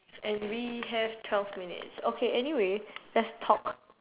and we have twelve minutes okay anyway let's talk